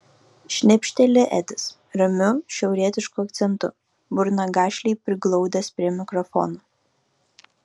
šnipšteli edis ramiu šiaurietišku akcentu burną gašliai priglaudęs prie mikrofono